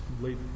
late